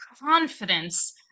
confidence